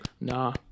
Nah